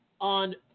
On